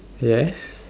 yes